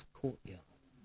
courtyard